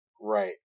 right